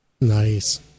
Nice